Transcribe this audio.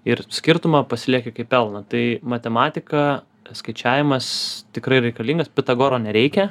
ir skirtumą pasilieki kaip pelną tai matematika skaičiavimas tikrai reikalingas pitagoro nereikia